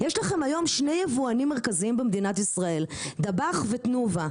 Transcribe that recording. יש לכם היום שני יבואנים מרכזיים במדינת ישראל דב"ח ותנובה,